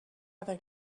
other